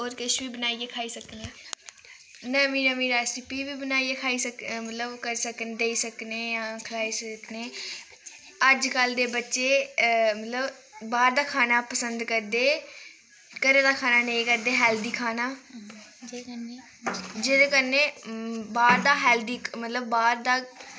होर किश बी बनाइयै खाई सकने आं नमीं नमीं रेसिपी बी बनाइयै खाई सके मतलब करी सकने आं देई सकने आं खलाई सकने अज्जकल दे बच्चे मतलब बाह्र दा खाना पसंद करदे घरै दा खाना नेईं करदे हैल्दी खाना जेह्दे कन्नै बाह्र दा हेल्दी मतलब बाह्र दा